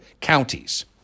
counties